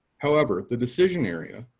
however, the decision area,